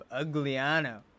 Ugliano